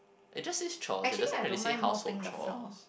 it just says chores it doesn't really say household chores